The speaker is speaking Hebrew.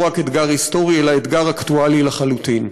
רק אתגר היסטורי אלא אתגר אקטואלי לחלוטין.